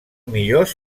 millors